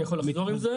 אני יכול לחזור עם זה.